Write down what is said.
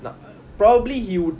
n~ probably he'll